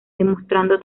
demostrando